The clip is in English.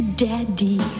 daddy